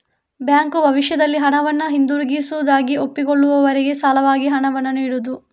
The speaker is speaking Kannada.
ಬ್ಯಾಂಕು ಭವಿಷ್ಯದಲ್ಲಿ ಹಣವನ್ನ ಹಿಂದಿರುಗಿಸುವುದಾಗಿ ಒಪ್ಪಿಕೊಳ್ಳುವವರಿಗೆ ಸಾಲವಾಗಿ ಹಣವನ್ನ ನೀಡುದು